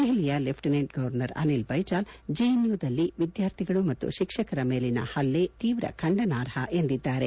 ದೆಹಲಿಯ lieutenant governor Anil Baijal ಜೆಎನ್ ಯುನಲ್ಲಿ ವಿದ್ಯಾರ್ಥಿಗಳು ಮತ್ತು ಶಿಕ್ಷಕರ ಮೇಲಿನ ಹಲ್ಲೆ ತೀವ್ರ ಖಂಡನಾರ್ಹ ಎಂದಿದ್ಲಾರೆ